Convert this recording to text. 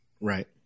right